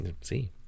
see